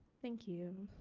thank you.